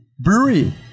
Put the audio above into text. brewery